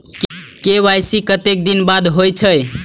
KYC कतेक दिन बाद होई छै?